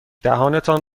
دهانتان